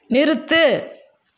நிறுத்து